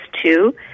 two